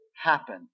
happen